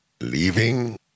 leaving